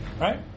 right